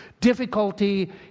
Difficulty